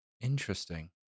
interesting